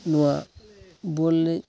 ᱱᱚᱣᱟ ᱵᱚᱞ ᱮᱱᱮᱡ